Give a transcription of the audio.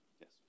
Yes